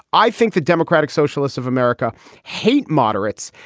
i think the democratic socialists of america hate moderates,